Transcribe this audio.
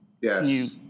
yes